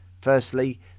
Firstly